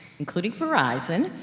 including verizon,